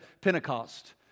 Pentecost